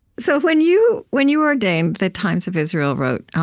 so when you when you were ordained, the times of israel wrote,